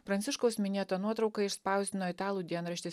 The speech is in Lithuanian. pranciškaus minėtą nuotrauką išspausdino italų dienraštis